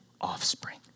offspring